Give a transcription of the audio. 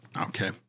Okay